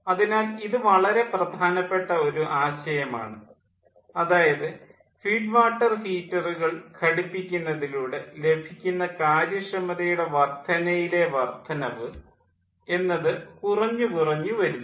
അതിനാൽ ഇത് വളരെ പ്രധാനപ്പെട്ട ഒരു ആശയമാണ് അതായത് ഫീഡ് വാട്ടർ ഹീറ്ററുകൾ ഘടിപ്പിക്കുന്നതിലൂടെ ലഭിക്കുന്ന കാര്യക്ഷമതയുടെ വർദ്ധനയിലെ വർദ്ധനവ് എന്നത് കുറഞ്ഞു കുറഞ്ഞു വരുന്നു